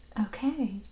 Okay